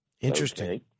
Interesting